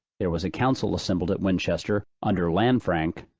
there was a council assembled at winchester, under lanfranc,